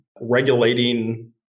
regulating